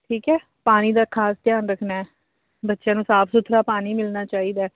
ਠੀਕ ਹੈ ਪਾਣੀ ਦਾ ਖਾਸ ਧਿਆਨ ਰੱਖਣਾ ਬੱਚਿਆਂ ਨੂੰ ਸਾਫ਼ ਸੁਥਰਾ ਪਾਣੀ ਮਿਲਣਾ ਚਾਹੀਦਾ